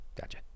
Gotcha